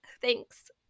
thanks